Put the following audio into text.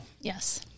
Yes